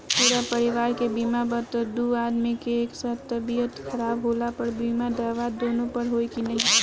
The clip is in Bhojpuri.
पूरा परिवार के बीमा बा त दु आदमी के एक साथ तबीयत खराब होला पर बीमा दावा दोनों पर होई की न?